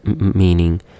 meaning